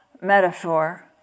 metaphor